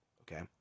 Okay